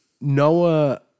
Noah